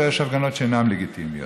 ויש הפגנות שאינן לגיטימיות.